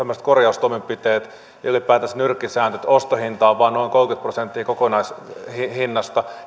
korjaustoimenpiteet ja ylipäätänsä nyrkkisäännöt ostohinta on vain noin kolmekymmentä prosenttia kokonaishinnasta